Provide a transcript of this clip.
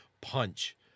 punch